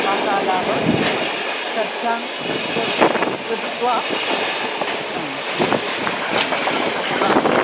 वार्तालापं चर्चां कुर्मः कृत्वा आम् आम् आम्